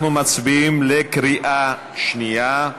אנחנו מצביעים בקריאה שנייה על